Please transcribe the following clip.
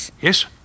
Yes